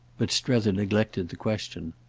but strether neglected the question.